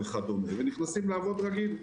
בתי המשפט לנוער עובדים במתכונת רגילה.